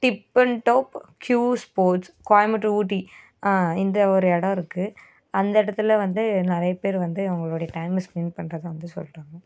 tip இன் டோப் கியூ ஸ்போட்ஸ் கோயம்முட்டு ஊட்டி இந்த ஒரு இடோம் இருக்குது அந்த இடத்துல வந்து நிறைய பேர் வந்து அவங்களுடைய டைமை ஸ்பெண்ட் பண்ணுறதா வந்து சொல்கிறாங்க